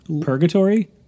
Purgatory